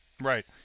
Right